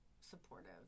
supportive